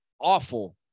awful